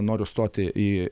noriu stoti į